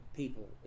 people